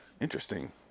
Interesting